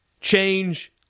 change